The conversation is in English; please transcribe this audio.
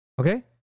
Okay